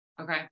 Okay